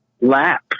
lap